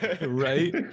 Right